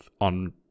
on